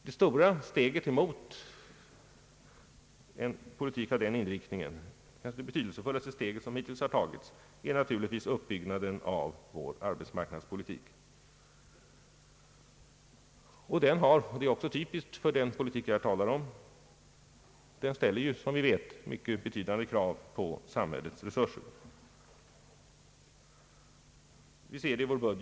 Det stora steget mot en politik av den inriktningen — kanske det betydelsefullaste steg som hittills har tagits — är naturligtvis uppbyggnaden av vår arbetsmarknadspolitik, och den ställer, vilket också är typiskt för den politik jag här talar om, mycket betydande krav på samhällets resurser. Vi kan i vår bud Ang.